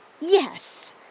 Yes